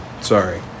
Sorry